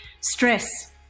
Stress